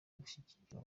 gushyigikira